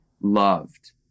loved